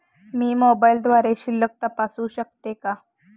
मी मोबाइलद्वारे शिल्लक तपासू शकते का?